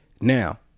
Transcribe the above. Now